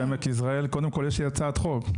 קודם כל, יש לי הצעת חוק.